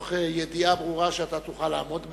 מתוך ידיעה ברורה שאתה תוכל לעמוד בהן,